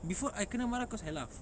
before I kena marah because I laugh